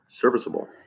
serviceable